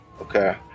Okay